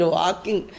walking